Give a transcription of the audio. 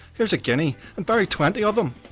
here's a guinea bury twenty of them.